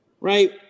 Right